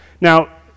Now